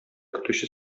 көтүче